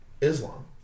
Islam